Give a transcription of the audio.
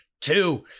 two